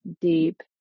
deep